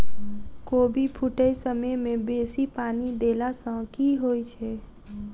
कोबी फूटै समय मे बेसी पानि देला सऽ की होइ छै?